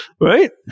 right